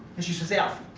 and she says, alfie,